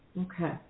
Okay